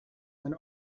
went